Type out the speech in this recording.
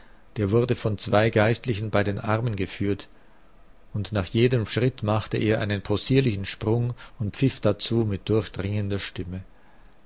der wurde von zwei geistlichen bei den armen geführt und nach jedem schritt machte er einen possierlichen sprung und pfiff dazu mit durchdringender stimme